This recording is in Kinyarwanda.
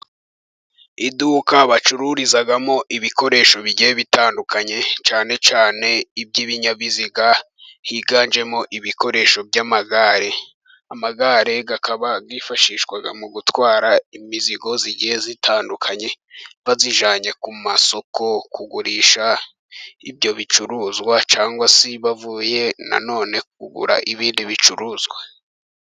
Iduka bacururizamo ibikoresho bigiye bitandukanye cyane cyane iby'ibinyabiziga, higanjemo ibikoresho by'amagare. Amagare akaba yifashishwa mu gutwara imizigo igiye itandukanye, bayijyanye ku masoko kugurisha ibyo bicuruzwa ,cyangwa se bavuye nanone kugura ibindi bicuruzwa.